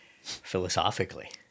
philosophically